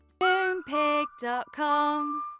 Moonpig.com